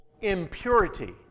impurity